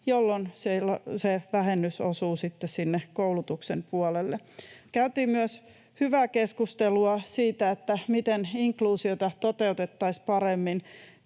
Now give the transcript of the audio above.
jolloin se vähennys osuu sitten sinne koulutuksen puolelle. Käytiin myös hyvää keskustelua siitä, miten inkluusiota toteutettaisiin paremmin.